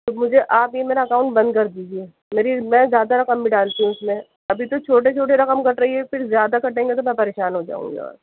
تو مجھے آپ میرا یہ اکاؤن بند کر دجیے میری میں زیادہ رقم بھی ڈالتی ہوں اس میں ابھی تو چھوٹی چھوٹی رقم کٹ رہی ہے پھر زیادہ کٹیں گے تو میں پریشان ہو جاؤں گی اور